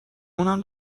اونم